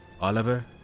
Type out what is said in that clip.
Oliver